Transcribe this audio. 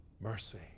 mercy